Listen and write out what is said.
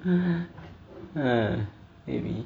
uh maybe